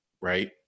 right